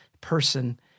person